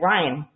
Ryan